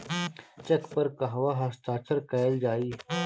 Check पर कहवा हस्ताक्षर कैल जाइ?